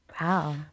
Wow